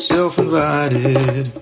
Self-invited